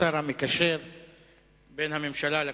השר המקשר בין הממשלה לכנסת.